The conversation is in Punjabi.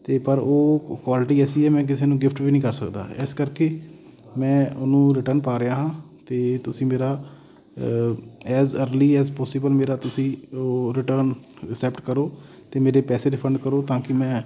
ਅਤੇ ਪਰ ਉਹ ਕੁ ਕੁਆਲਿਟੀ ਐਸੀ ਹੈ ਮੈਂ ਕਿਸੇ ਨੂੰ ਗਿਫਟ ਵੀ ਨਹੀਂ ਕਰ ਸਕਦਾ ਇਸ ਕਰਕੇ ਮੈਂ ਉਹਨੂੰ ਰਿਟਰਨ ਪਾ ਰਿਹਾ ਹਾਂ ਅਤੇ ਤੁਸੀਂ ਮੇਰਾ ਐਜ ਅਰਲੀ ਐਜ ਪੋਸੀਬਲ ਮੇਰਾ ਤੁਸੀਂ ਉਹ ਰਿਟਰਨ ਅਸੈਪਟ ਕਰੋ ਅਤੇ ਮੇਰੇ ਪੈਸੇ ਰਿਫੰਡ ਕਰੋ ਤਾਂ ਕਿ ਮੈਂ